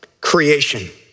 Creation